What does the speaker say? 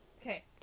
Okay